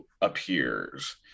appears